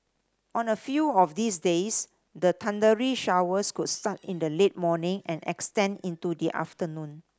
on a few of these days the thundery showers could start in the late morning and extend into the afternoon